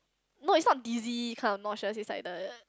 no it's not dizzy kind of nauseous it's like the